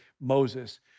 Moses